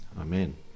Amen